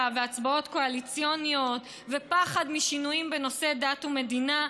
והצבעות קואליציוניות ופחד משינויים בנושאי דת ומדינה,